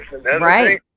Right